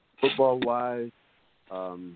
Football-wise